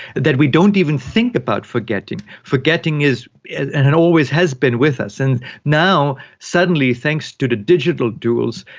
that we don't even think about forgetting. forgetting is and always has been with us. and now suddenly, thanks to the digital tools,